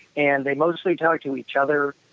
and they mostly talked to each other.